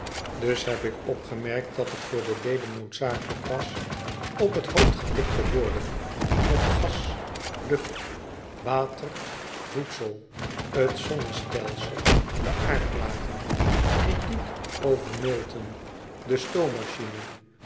dus heb ik opgemerkt dat t voor de leden noodzakelijk was op t hoofd getikt te worden met gas lucht water voedsel t zonnestelsel de aardlagen critiek over milton de stoommachine